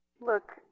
Look